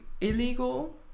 illegal